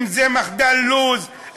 אם מחדל לו"ז,